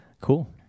cool